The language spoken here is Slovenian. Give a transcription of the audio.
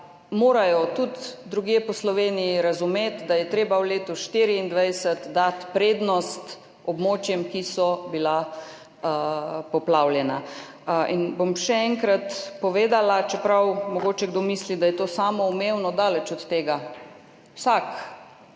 morajo tudi drugje po Sloveniji razumeti, da je treba v letu 2024 dati prednost območjem, ki so bila poplavljena. In bom še enkrat povedala, čeprav mogoče kdo misli, da je to samoumevno, daleč od tega, vsak,